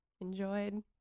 enjoyed